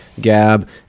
Gab